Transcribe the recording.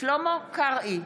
שלמה קרעי,